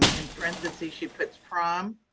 and in parentheses she puts prom,